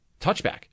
Touchback